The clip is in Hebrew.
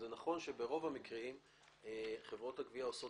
נכון שברוב המקרים חברות הגבייה עושות